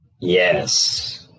Yes